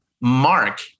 Mark